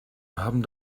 haben